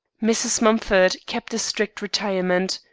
mrs. mumford kept a strict retirement.